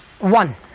one